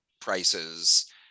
prices